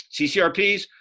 CCRPs